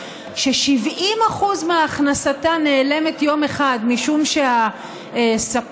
ש-70% מהכנסתה נעלמת יום אחד משום שהספק,